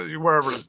wherever